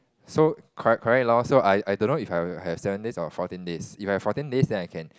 so correct correct lor so I I don't know if I have seven days or fourteen days if I have fourteen days then I can